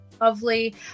lovely